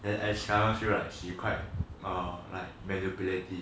then as simon feel like she quite err manipulative